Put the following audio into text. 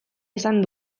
izan